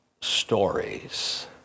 stories